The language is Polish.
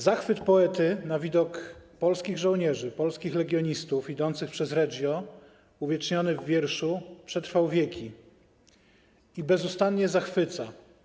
Zachwyt poety na widok polskich żołnierzy, polskich legionistów idących przez Reggio, uwieczniony w wierszu przetrwał wieki i bezustannie zachwyca.